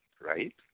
right